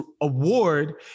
award